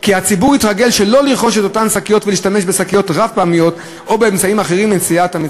הצעת החוק מטפלת בשני סוגים של שקיות נשיאה וקובעת לגביהם הסדרים שונים.